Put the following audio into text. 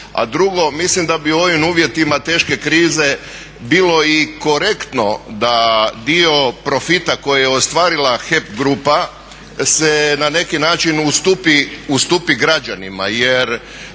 A drugo mislim da bi u ovim uvjetima teške krize bilo i korektno da dio profita koje je ostvarila HEP grupa se na neki način ustupi građanima.